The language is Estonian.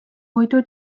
puidu